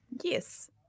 yes